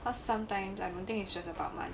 cause sometimes I don't think its just about money